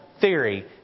theory